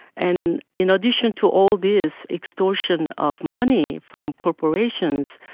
and in addition to all this extortion of money from corporations,